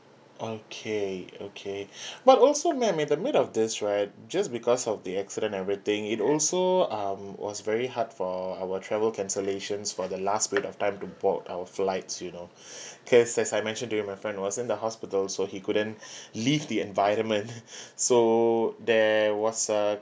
okay okay but also ma'am in the mid of this right just because of the accident everything it also um was very hard for our travel cancellations for the last bit of time to board our flights you know cause as I mentioned to you my friend was in the hospital so he couldn't leave the environment so there was a